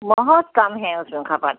बहुत कम है उस जगह पर